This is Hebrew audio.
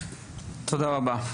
תודה רבה.